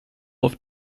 off